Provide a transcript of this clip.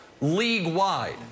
league-wide